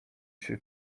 się